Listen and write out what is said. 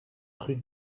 rue